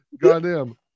Goddamn